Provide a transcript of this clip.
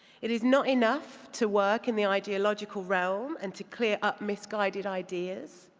it is not enough to work in the ideological realm and to clear up misguided ideas.